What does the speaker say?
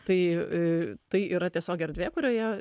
tai tai i tai yra tiesiog erdvė kurioje